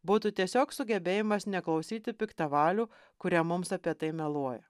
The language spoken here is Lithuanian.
būtų tiesiog sugebėjimas neklausyti piktavalių kurie mums apie tai meluoja